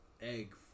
egg